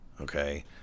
Okay